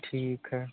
ठीक है